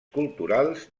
culturals